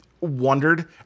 wondered